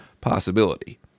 possibility